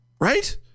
Right